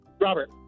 Robert